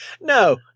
No